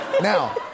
Now